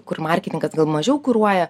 kur marketingas gal mažiau kuruoja